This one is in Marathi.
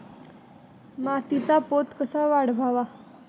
मातीचा पोत कसा वाढवावा?